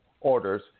orders